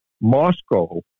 Moscow